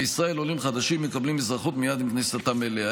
בישראל עולים חדשים מקבלים אזרחות מייד עם כניסתם אליה.